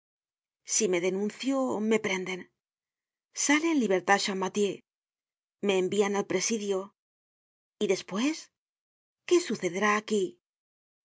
si me denuncio me prenden sale en libertad champmathieu me envian al presidio y despues qué sucederá aquí